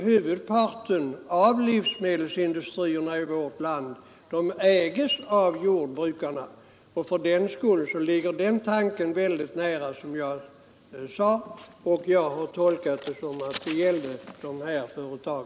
Huvudparten av livsmedelsindustrierna i vårt land ägs av jordbrukarna, och då ligger ju den tanke som jag nu har antytt mycket nära. Jag har därför tolkat herr Takmans särskilda yttrande så att det gällde jordbrukarnas företag.